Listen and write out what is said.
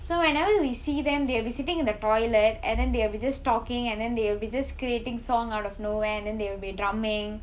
so whenever we see them they will sitting in the toilet and then they will be just talking and then they will be just creating song out of nowhere and then they will be drumming